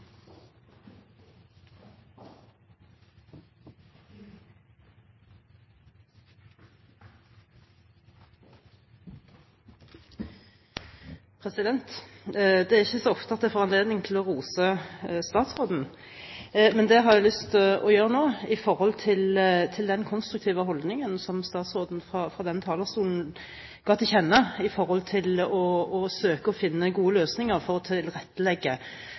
Det er ikke så ofte jeg får anledning til å rose statsråden, men det har jeg lyst til å gjøre nå med tanke på den konstruktive holdningen som statsråden fra denne talerstolen ga til kjenne for å søke å finne gode løsninger for å tilrettelegge